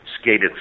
skated